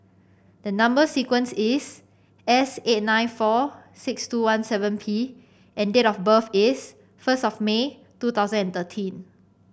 the number sequence is S eight nine four six two one seven P and date of birth is first of May two thousand and thirteen